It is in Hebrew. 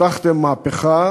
הבטחתם מהפכה,